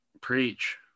Preach